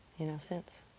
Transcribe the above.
you know, since.